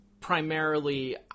primarily